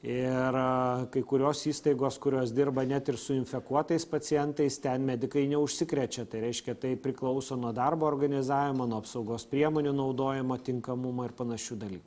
ir kai kurios įstaigos kurios dirba net ir su infekuotais pacientais ten medikai neužsikrečia tai reiškia tai priklauso nuo darbo organizavimo nuo apsaugos priemonių naudojimo tinkamumo ir panašių dalykų